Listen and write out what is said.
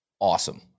Awesome